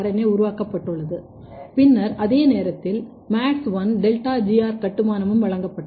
ஏ உருவாக்கப்பட்டுள்ளது பின்னர் அதே நேரத்தில் MADS1 டெல்டா GR கட்டுமானமும் வழங்கப்பட்டது